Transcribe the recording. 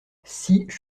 six